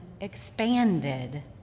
expanded